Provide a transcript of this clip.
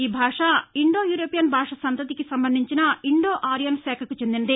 ఈ భాష Indo European భాష సంతతికి సంబంధించిన ఇండో ఆర్యన్ శాఖకు చెందినది